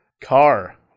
Car